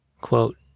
quote